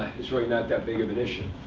it's really not that big of an issue.